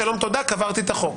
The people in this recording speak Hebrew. שלום ותודה, קברתי את החוק.